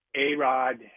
A-Rod